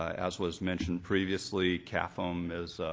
as was mentioned previously, cafm um is